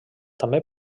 també